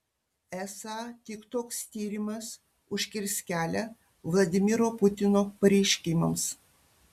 esą tik toks tyrimas užkirs kelią vladimiro putino pareiškimams